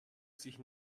sich